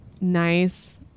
nice